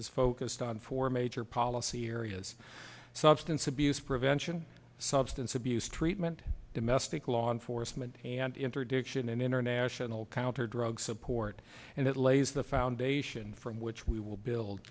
is focused on four major policy areas substance abuse prevention substance abuse treatment domestic law enforcement and interdiction and international counter drug support and that lays the foundation from which we will build